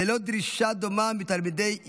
ללא דרישה דומה מתלמידי ישיבות.